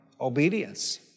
obedience